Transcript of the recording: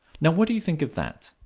now what do you think of that?